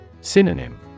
Synonym